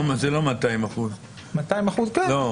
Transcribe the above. זה לא 200%. כן,